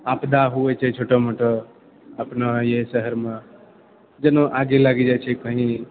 आपदा होइ छै छोटा मोटा अपना इएह शहरमे जेना आइगे लागि जाइ छै कही